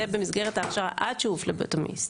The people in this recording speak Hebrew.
זה במסגרת ההכשרה עד שהוא פלבוטומיסט.